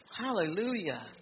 hallelujah